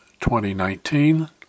2019